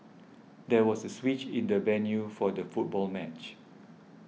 there was a switch in the venue for the football match